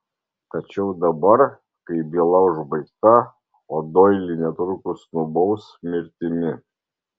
tačiau dabar kai byla užbaigta o doilį netrukus nubaus mirtimi